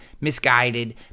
misguided